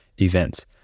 events